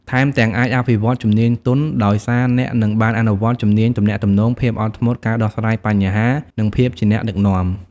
ថែមទាំងអាចអភិវឌ្ឍជំនាញទន់ ដោយសារអ្នកនឹងបានអនុវត្តជំនាញទំនាក់ទំនង ភាពអត់ធ្មត់ ការដោះស្រាយបញ្ហា និងភាពជាអ្នកដឹកនាំ។